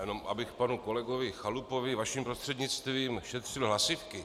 Já jenom abych panu kolegovi Chalupovi, vaším prostřednictvím, šetřil hlasivky.